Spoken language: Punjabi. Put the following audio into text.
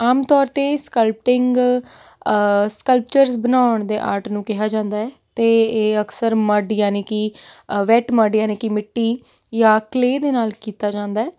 ਆਮ ਤੌਰ 'ਤੇ ਸਕਲਪਟਿੰਗ ਸਕਲਪਚਰਸ ਬਣਉਣ ਦੇ ਆਰਟ ਨੂੰ ਕਿਹਾ ਜਾਂਦਾ ਹੈ ਅਤੇ ਇਹ ਅਕਸਰ ਮਡ ਯਾਨੀ ਕਿ ਵੈਟ ਮਡ ਯਾਨੀ ਕਿ ਮਿੱਟੀ ਜਾਂ ਕਲੇਅ ਦੇ ਨਾਲ ਕੀਤਾ ਜਾਂਦਾ ਹੈ